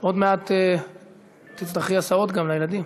עוד מעט תצטרכי הסעות לילדים.